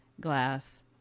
glass